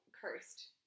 cursed